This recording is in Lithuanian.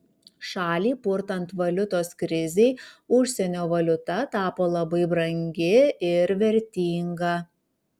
šalį purtant valiutos krizei užsienio valiuta tapo labai brangi ir vertinga